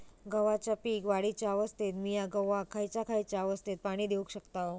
गव्हाच्या पीक वाढीच्या अवस्थेत मिया गव्हाक खैयचा खैयचा अवस्थेत पाणी देउक शकताव?